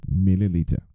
milliliter